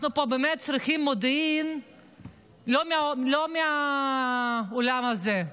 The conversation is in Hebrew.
אנחנו פה באמת צריכים מודיעין לא מהעולם הזה.